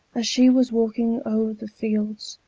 as she was walking o'er the fields,